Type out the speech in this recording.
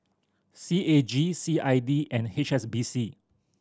C A G C I D and H S B C